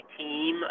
team